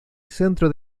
centro